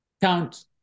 count